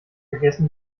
vergessen